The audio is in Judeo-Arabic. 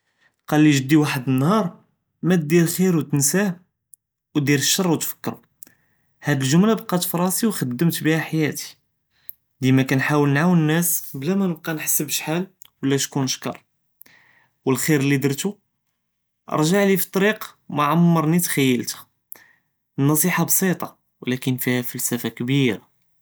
קאלי ג׳די וחד אלנהאר מא דיר ח׳יר ותנסאה נדיר אלשר ותפכּרו، האד אלג׳ומלה בקאת פי ראסי וכתמת בי הא חיאתי דימה כנעאוין אלנאס בלא מא נבקא נחסב שחאל ולא שכון שכר, ואלח׳יר לי דרתו רזעלִי פטריק מא עמרני תח׳יילתו, אלנצע׳ה בסיטא ולכּן פיהא פלספה כבירה.